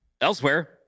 Elsewhere